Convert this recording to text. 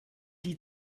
die